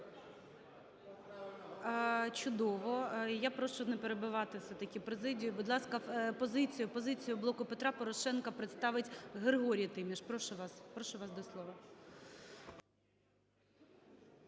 Чудово. Я прошу не перебивати все-таки президію. Будь ласка, позицію, позицію "Блоку Петра Порошенка" представить Григорій Тіміш. Прошу вас. Прошу